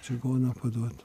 čigoną paduot